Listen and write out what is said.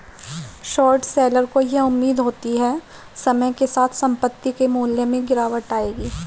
short seller को यह उम्मीद होती है समय के साथ संपत्ति के मूल्य में गिरावट आएगी